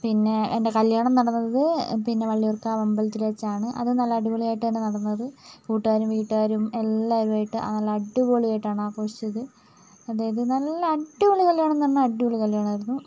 പിന്നെ എന്റെ കല്യാണം നടന്നത് പിന്നെ വള്ളിയൂർക്കാവ് അമ്പലത്തിൽ വച്ചാണ് അത് നല്ല അടിപൊളി ആയിട്ട് തന്നെ നടന്നത് കൂട്ടുകാരും വീട്ടുകാരും എല്ലാവരും ആയിട്ട് നല്ല അടിപൊളി ആയിട്ടാണ് ആഘോഷിച്ചത് അതായത് നല്ല അടിപൊളി കല്ല്യാണം എന്നു പറഞ്ഞാൽ അടിപൊളി കല്ല്യാണം ആയിരുന്നു